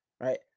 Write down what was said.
Right